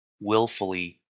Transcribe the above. willfully